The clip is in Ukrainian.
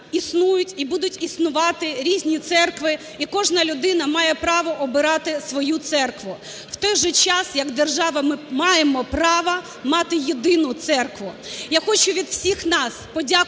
існують і будуть існувати різні церкви, і кожна людина має право обирати свою церкву. В той же час як держава ми маємо право мати єдину церкву. Я хочу від всіх нас подякувати